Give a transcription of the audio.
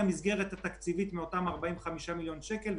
המסגרת התקציבית מאותם 45 מיליון שקל,